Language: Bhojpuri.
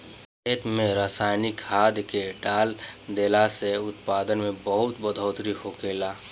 खेत में रसायनिक खाद्य के डाल देहला से उत्पादन में बहुत बढ़ोतरी होखेला